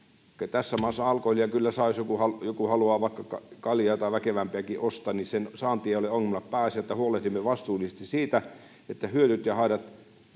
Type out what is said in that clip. tässä maassa alkoholia kyllä saa ja jos joku haluaa vaikka kaljaa tai väkevämpiäkin ostaa sen saanti ei ole ongelma pääasia että huolehdimme vastuullisesti siitä että hyödyt ja haitat